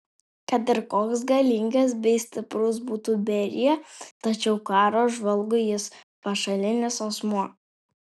kad ir koks galingas bei stiprus būtų berija tačiau karo žvalgui jis pašalinis asmuo